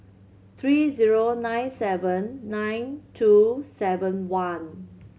three zero nine seven nine two seven one